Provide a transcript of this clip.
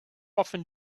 often